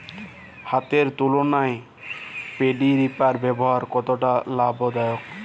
হাতের তুলনায় paddy reaper ব্যবহার কতটা লাভদায়ক?